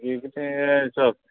एक कितें सोक्स